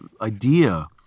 idea